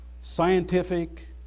scientific